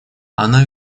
она